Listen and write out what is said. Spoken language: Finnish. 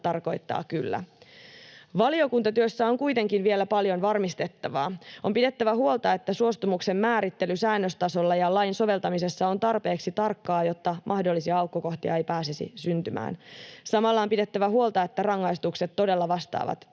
tarkoittaa kyllä. Valiokuntatyössä on kuitenkin vielä paljon varmistettavaa. On pidettävä huolta siitä, että suostumuksen määrittely säännöstasolla ja lain soveltamisessa on tarpeeksi tarkkaa, jotta mahdollisia aukkokohtia ei pääsisi syntymään. Samalla on pidettävä huolta siitä, että rangaistukset todella vastaavat